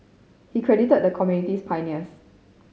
he credited the community's pioneers